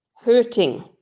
Hurting